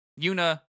Yuna